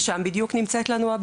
שם בדיוק הבעיה.